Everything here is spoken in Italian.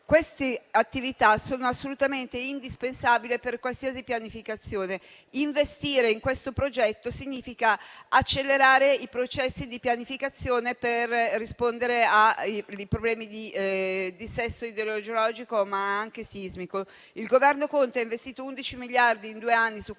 queste attività sono assolutamente indispensabili per qualsiasi pianificazione. Investire in questo progetto significa accelerare i processi di pianificazione per rispondere ai problemi del dissesto idrogeologico, ma anche sismico. Il Governo Conte ha investito 11 miliardi in due anni su questo progetto.